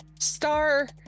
star